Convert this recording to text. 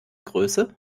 größe